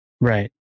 Right